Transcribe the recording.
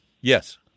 yes